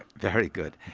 very good.